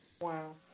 Wow